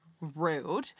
rude